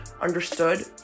understood